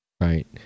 Right